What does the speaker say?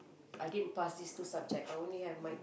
I didn't pass these two subject I only have my